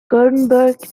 gothenburg